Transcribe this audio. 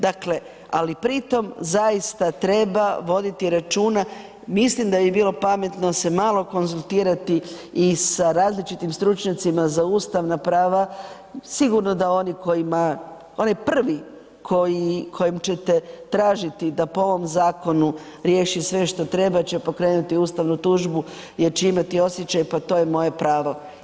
Dakle, ali pritom zaista treba voditi računa, mislim da bi bilo pametno se malo konzultirati i sa različitim stručnjacima za ustavna prava, sigurno da oni kojima onaj prvi kojim ćete tražiti da po ovom zakonu riješi sve što treba će pokrenuti ustavnu tužbu jer će imati osjećaj, pa to je moje pravo.